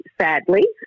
sadly